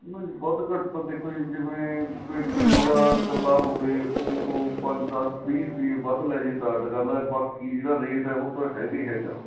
ਨਹੀਂ ਵੱਧ ਘੱਟ ਤਾਂ ਦੇਖੋ ਜੀ ਜਿਵੇਂ ਕੋਈ ਕਰਿੰਦਾ ਇਕੱਲਾ ਹੋਵੇ ਉਹ ਪੰਜ ਦਸ ਵੀਹ ਰੁਪਈਏ ਵੱਧ ਲੈਜੇ ਤਾਂ ਅੱਡ ਗੱਲ ਹੈ ਬਾਕੀ ਜਿਹੜਾ ਰੇਟ ਹੈ ਉਹ ਤਾਂ ਹੈਗਾ ਹੀ ਹੈਗਾ